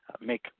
make